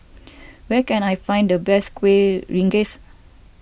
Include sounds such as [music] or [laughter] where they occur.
[noise] where can I find the best Kueh Rengas